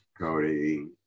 Cody